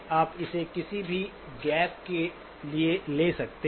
आप इसे किसी भी गैप के लिए ले सकते हैं